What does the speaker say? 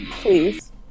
Please